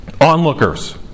onlookers